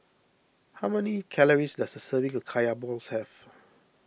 how many calories does a serving of Kaya Balls have